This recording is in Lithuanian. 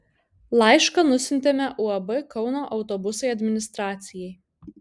laišką nusiuntėme uab kauno autobusai administracijai